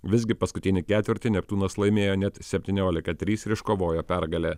visgi paskutinį ketvirtį neptūnas laimėjo net septyniolika trys ir iškovojo pergalę